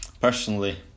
personally